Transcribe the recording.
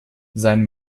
sein